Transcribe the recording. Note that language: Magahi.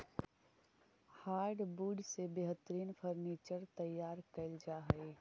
हार्डवुड से बेहतरीन फर्नीचर तैयार कैल जा हइ